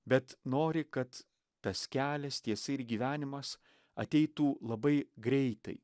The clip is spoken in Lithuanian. bet nori kad tas kelias tiesa ir gyvenimas ateitų labai greitai